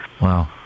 Wow